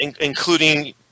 including